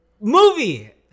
movie